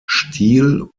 stil